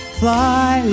fly